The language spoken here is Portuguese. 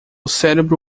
cérebro